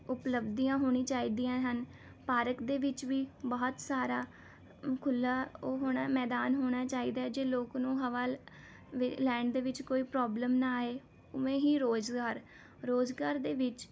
ਉਪਲੱਬਧੀਆਂ ਹੋਣੀ ਚਾਹੀਦੀਆਂ ਹਨ ਪਾਰਕ ਦੇ ਵਿੱਚ ਵੀ ਬਹੁਤ ਸਾਰਾ ਖੁੱਲ੍ਹਾ ਉਹ ਹੋਣਾ ਮੈਦਾਨ ਹੋਣਾ ਚਾਹੀਦਾ ਜੇ ਲੋਕ ਨੂੰ ਹਵਾ ਵ ਲੈਣ ਦੇ ਵਿੱਚ ਕੋਈ ਪ੍ਰੋਬਲਮ ਨਾ ਆਏ ਉਵੇਂ ਹੀ ਰੁਜ਼ਗਾਰ ਰੁਜ਼ਗਾਰ ਦੇ ਵਿੱਚ